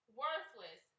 worthless